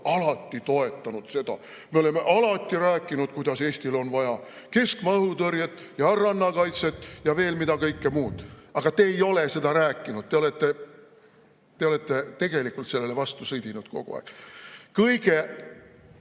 alati toetanud seda. Me oleme alati rääkinud, kuidas Eestil on vaja keskmaa õhutõrjet ja rannakaitset ja veel mida kõike muud. Aga te ei ole seda rääkinud, te olete tegelikult sellele vastu sõdinud kogu aeg. Kõige